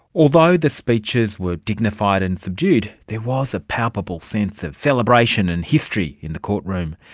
although the speeches were dignified and subdued, there was a palpable sense of celebration and history in the courtroom.